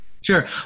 Sure